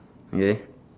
yeah